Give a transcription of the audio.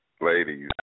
Ladies